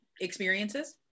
experiences